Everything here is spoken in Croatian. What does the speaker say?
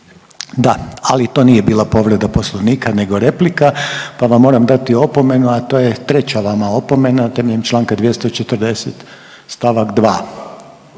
Da, ali to nije bila povreda Poslovnika, nego replika pa vam moram dati opomenu, a to treća vama opomena temeljem Članka 240. stavak 2.,